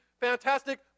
fantastic